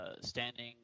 standing